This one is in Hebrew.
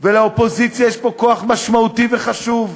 ולאופוזיציה יש פה כוח משמעותי וחשוב,